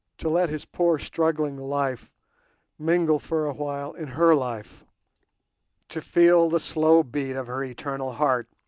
to let his poor struggling life mingle for a while in her life to feel the slow beat of her eternal heart,